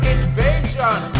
Invasion